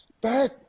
back